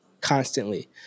constantly